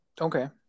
Okay